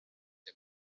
der